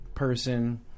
person